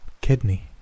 Kidney